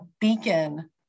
beacon